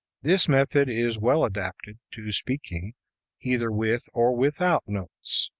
this method is well adapted to speaking either with or without notes.